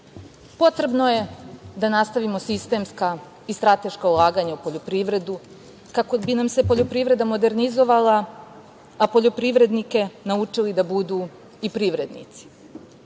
Potrebno je da nastavimo sistemska i strateška ulaganja u poljoprivredu kako bi nam se poljoprivreda modernizovala, a poljoprivrednike naučili da budu i privrednici.